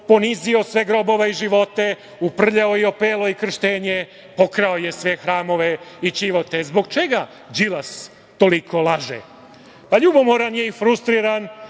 ponizio sve grobove i živote, uprljao i opelo i krštenje, pokrao je sve hramove i ćivote. Zbog čega Đilas toliko laže? Ljubomoran je i frustriran